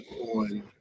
on